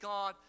God